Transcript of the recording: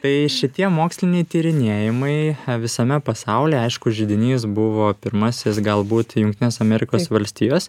tai šitie moksliniai tyrinėjimai visame pasaulyje aišku židinys buvo pirmasis galbūt jungtinės amerikos valstijos